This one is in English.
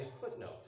footnote